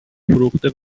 فروخته